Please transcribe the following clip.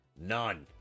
None